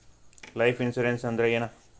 Life insurance ಅಂದ್ರ ಏನ?